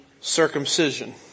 circumcision